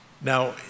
Now